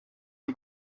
une